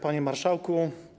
Panie Marszałku!